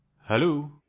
Hello